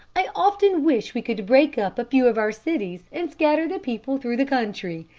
i often wish we could break up a few of our cities, and scatter the people through the country.